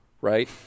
right